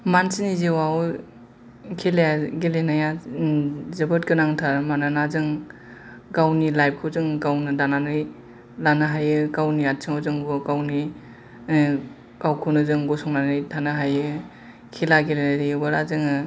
मानसिनि जिउआव खेला गेलेनाया जोबोद गोनां थार मानोना जों गावनि लाइफखौ जों गावनो दानानै लानो हायो गावनि आथिं याव जों गावनि गावखौनो जों गसंनानै थानो हायो खेला गेलेबोला जोङो